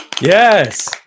Yes